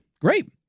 great